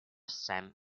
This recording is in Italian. sam